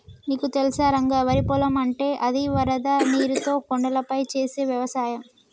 నీకు తెలుసా రంగ వరి పొలం అంటే అది వరద నీరుతో కొండలపై చేసే వ్యవసాయం